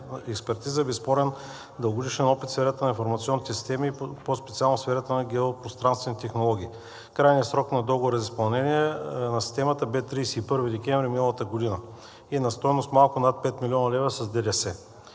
експертиза и безспорен дългогодишен опит в сферата на информационните системи и по-специално в сферата на геопространствените технологии. Крайният срок на договора за изпълнение на системата бе 31 декември миналата година и е на стойност малко над 5 млн. лв. с ДДС.